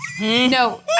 No